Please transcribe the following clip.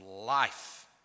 life